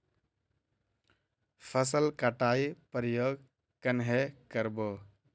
फसल कटाई प्रयोग कन्हे कर बो?